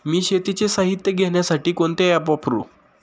मी शेतीचे साहित्य घेण्यासाठी कोणते ॲप वापरु?